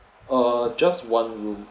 uh just one room